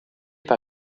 par